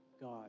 God